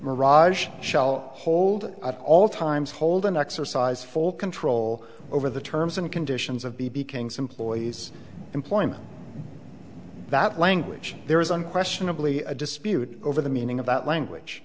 mirage shall hold at all times hold and exercise full control over the terms and conditions of b b king's employees employment that language there is unquestionably a dispute over the meaning of that language